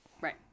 Right